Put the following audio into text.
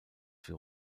für